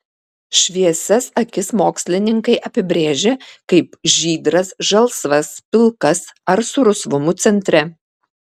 šviesias akis mokslininkai apibrėžia kaip žydras žalsvas pilkas ar su rusvumu centre